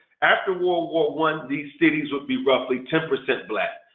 after world war one these cities would be roughly ten percent black.